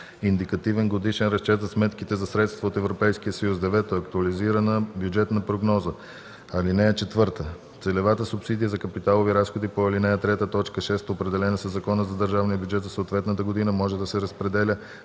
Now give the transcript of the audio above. индикативен годишен разчет за сметките за средства от Европейския съюз; 9. актуализирана бюджетна прогноза. (4) Целевата субсидия за капиталови разходи по ал. 3, т. 6, определена със закона за държавния бюджет за съответната година, може да се разпределя